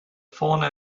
fauna